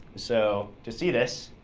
so to see this,